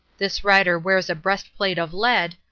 this rider wears a breastplate of lead,